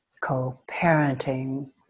co-parenting